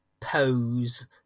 pose